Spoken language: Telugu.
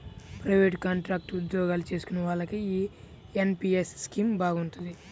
ప్రయివేటు, కాంట్రాక్టు ఉద్యోగాలు చేసుకునే వాళ్లకి యీ ఎన్.పి.యస్ స్కీమ్ బాగుంటది